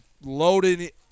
loaded